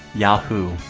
yahoo